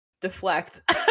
deflect